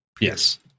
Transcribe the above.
yes